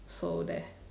so there